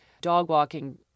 dog-walking